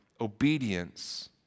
obedience